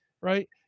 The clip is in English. right